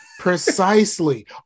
Precisely